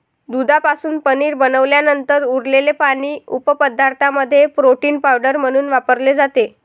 दुधापासून पनीर बनवल्यानंतर उरलेले पाणी उपपदार्थांमध्ये प्रोटीन पावडर म्हणून वापरले जाते